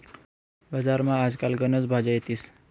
बजारमा आज काल गनच भाज्या येतीस